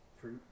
fruit